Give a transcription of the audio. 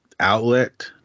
outlet